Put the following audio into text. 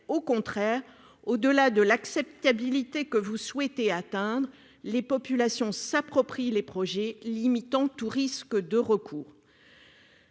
Au contraire, au-delà de l'acceptabilité que vous souhaitez atteindre, les populations s'approprient les projets, limitant tout risque de recours.